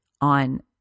on